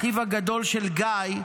אחיו הגדול של גיא,